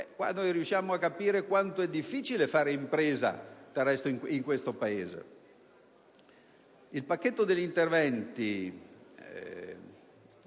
dati, riusciamo a capire quanto sia difficile fare impresa nel nostro Paese. Il pacchetto degli interventi